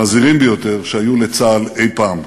המזהירים ביותר, שהיו לצה"ל אי-פעם.